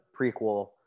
prequel